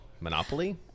Monopoly